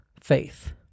faith